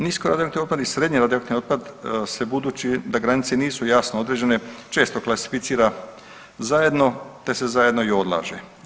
Nisko radioaktivni otpad i srednje radioaktivni otpad se budući da granice nisu jasno određene često klasificira zajedno te se zajedno i odlaže.